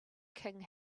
king